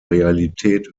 realität